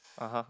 (uh huh)